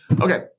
Okay